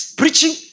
preaching